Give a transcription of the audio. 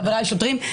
חבריי השוטרים,